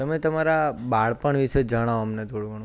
તમે તમારાં બાળપણ વિષે જણાવો અમને થોડું ઘણું